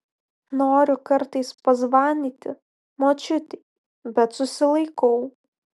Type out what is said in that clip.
noriu kartais pazvanyti močiutei bet susilaikau